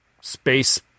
space